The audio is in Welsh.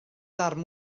darn